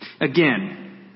Again